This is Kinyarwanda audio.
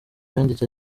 yanditse